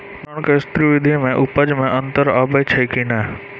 धान के स्री विधि मे उपज मे अन्तर आबै छै कि नैय?